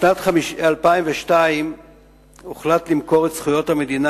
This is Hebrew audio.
בשנת 2002 הוחלט למכור את זכויות המדינה